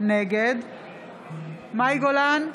נגד מאי גולן,